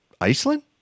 Iceland